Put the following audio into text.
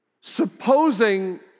Supposing